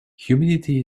humidity